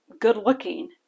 good-looking